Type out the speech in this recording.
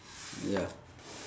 ya